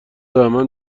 دائما